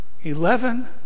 eleven